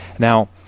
Now